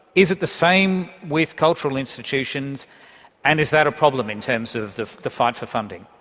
is it the same with cultural institutions and is that a problem, in terms of the the fight for funding?